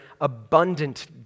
abundant